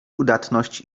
udatność